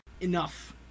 enough